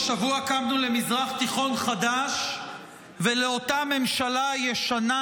השבוע קמנו למזרח תיכון חדש ולאותה ממשלה ישנה,